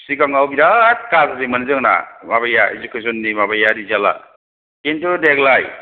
सिगाङाव बिराद गाज्रिमोन जोंना माबाया एडुकेसननि माबाया रिजाल्टा खिन्थु देग्लाय